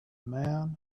man